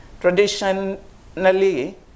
Traditionally